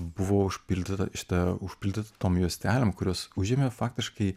buvo užpildyta šita užpildyta tom juostelėm kurios užėmė faktiškai